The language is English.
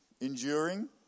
enduring